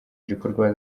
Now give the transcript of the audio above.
gikorwa